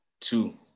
two